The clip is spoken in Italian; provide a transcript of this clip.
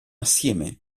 assieme